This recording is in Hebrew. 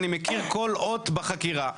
"אני מכיר כל אות בחקירה".